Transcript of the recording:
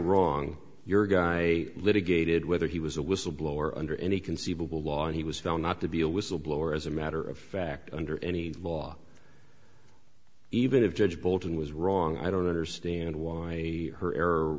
wrong your guy litigated whether he was a whistleblower under any conceivable law he was found not to be a whistleblower as a matter of fact under any law even if judge bolton was wrong i don't understand why a her error